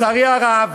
לצערי הרב,